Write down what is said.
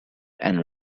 and